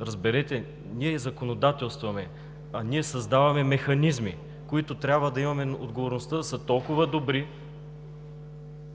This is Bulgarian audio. Разберете нещо, ние законодателстваме, ние създаваме механизми, за които трябва да имаме отговорността да са толкова добри